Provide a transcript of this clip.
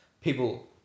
people